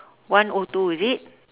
one O two is it